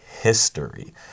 history